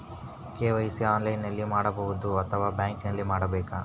KYC ಆನ್ಲೈನಲ್ಲಿ ಮಾಡಬಹುದಾ ಅಥವಾ ಬ್ಯಾಂಕಿನಲ್ಲಿ ಮಾಡ್ಬೇಕಾ?